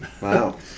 wow